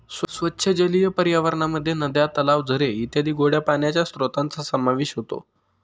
स्वच्छ जलीय पर्यावरणामध्ये नद्या, तलाव, झरे इत्यादी गोड्या पाण्याच्या स्त्रोतांचा समावेश होतो